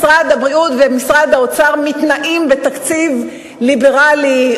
משרד הבריאות ומשרד האוצר מתנאים בתקציב ליברלי,